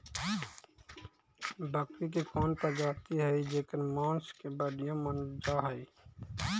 बकरी के कौन प्रजाति हई जेकर मांस के बढ़िया मानल जा हई?